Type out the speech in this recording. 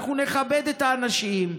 אנחנו נכבד את האנשים,